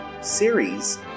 series